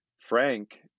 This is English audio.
Frank